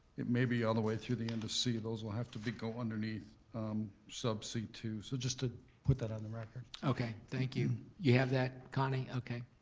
it may be all the way through the end of c, those will have to go underneath sub c two, so just to put that on the record. okay, thank you. you have that, connie? okay.